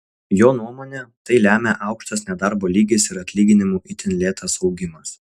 jo nuomone tai lemia aukštas nedarbo lygis ir atlyginimų itin lėtas augimas